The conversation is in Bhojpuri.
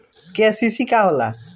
के.सी.सी का होला?